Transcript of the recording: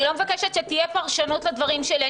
אני לא מבקשת שתהיה פרשנות לדברים שלי.